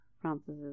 Francis's